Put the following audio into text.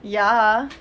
ya